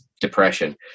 depression